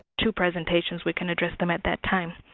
two presentations we can address them at that time.